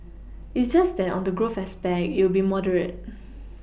it's just that on the growth aspect it will moderate